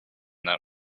that